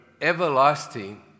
everlasting